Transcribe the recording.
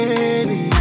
baby